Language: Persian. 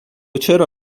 چرا